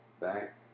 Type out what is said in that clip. back